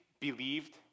believed